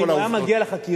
אם הוא היה מגיע לחקירה,